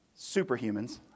superhumans